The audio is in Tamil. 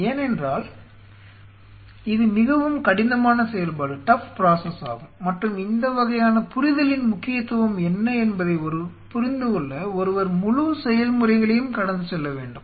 ஏனென்றால் இது மிகவும் கடினமான செயல்பாடு ஆகும் மற்றும் இந்த வகையான புரிதலின் முக்கியத்துவம் என்ன என்பதை புரிந்து கொள்ள ஒருவர் முழு செயல்முறைகளையும் கடந்து செல்ல வேண்டும்